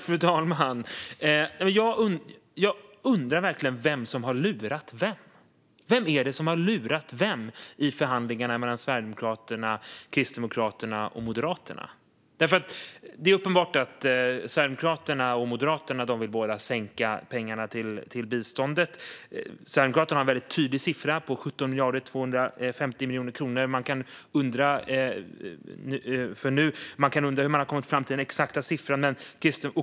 Fru talman! Jag undrar verkligen vem som har lurat vem. Vem är det som har lurat vem i förhandlingarna mellan Sverigedemokraterna, Kristdemokraterna och Moderaterna? Det är uppenbart att både Sverigedemokraterna och Moderaterna vill sänka biståndet. Sverigedemokraterna har en väldigt tydlig siffra, 17 250 000 000 kronor. Man kan undra hur de har kommit fram till den exakta siffran.